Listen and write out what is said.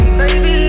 baby